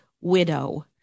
widow